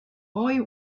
boy